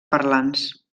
parlants